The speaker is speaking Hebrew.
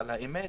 אבל האמת